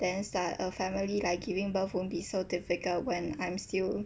then start a family like giving birth won't be difficult when I'm still